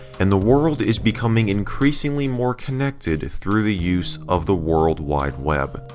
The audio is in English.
and the world is becoming increasingly more connected through the use of the world wide web.